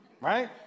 Right